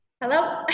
Hello